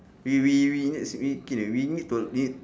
we we we need to see see we kin we need to need